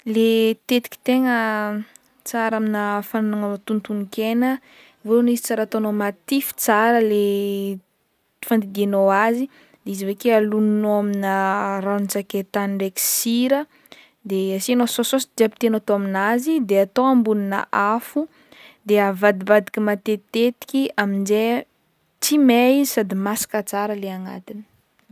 Le tetiky tegna tsara amina fagnanaova tonotonon-kena vôlohany izy ataonao matify tsara le v fandidianao azy de izy avake alognonao amina ranontsakaitany ndraiky sira de asianao saosisaosy jiaby tianao atao aminazy de atao ambonina afo de avadibadiky matetitetiky aminjay tsy may izy sady masaka tsara le agnatiny.